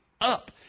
up